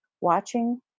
Watching